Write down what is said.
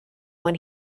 when